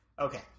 Okay